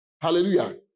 Hallelujah